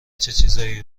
چیزایی